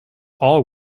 all